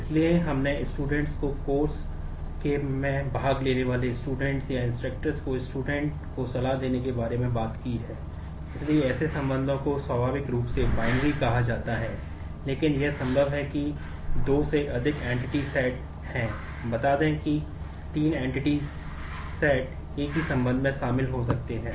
इसलिए हम विस्तारित एंटिटी रिलेशनशिप सुविधाओं के साथ शुरू करते हैं